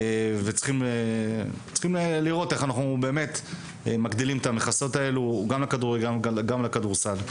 צריכים לראות איך אנחנו מגדילים את המכסה גם לכדורגל וגם לכדורסל.